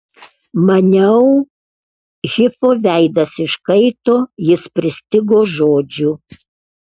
maniau hifo veidas iškaito jis pristigo žodžių